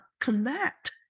connect